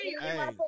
hey